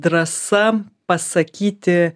drąsa pasakyti